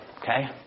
Okay